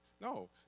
No